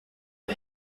the